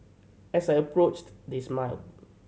as I approached they smiled